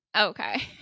Okay